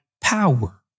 power